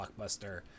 blockbuster